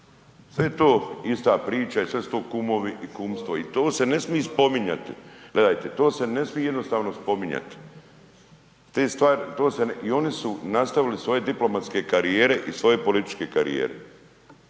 je to ista priča i sve su to kumovi i kumstvo i to se ne smije spominjati, gledajte to se ne smije jednostavno spominjati. Te stvari i to se, i oni su nastavili svoje diplomatske karijere i svoje političke karijere.